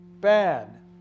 bad